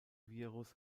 virus